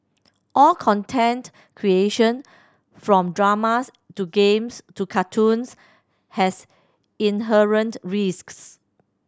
all content creation from dramas to games to cartoons has inherent risks